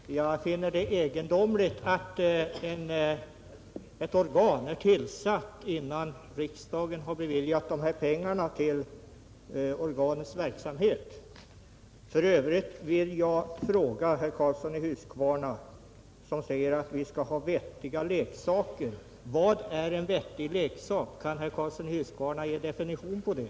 Herr talman! Jag finner det egendomligt att ett organ, i detta fall lekrådet, är tillsatt innan riksdagen beviljat pengar till organets verksamhet. För övrigt vill jag fråga herr Karlsson i Huskvarna, som säger att vi skall ha vettiga leksaker: Vad är en vettig leksak? Kan herr Karlsson i Huskvarna ge en definition på det?